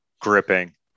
gripping